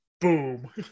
boom